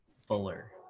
fuller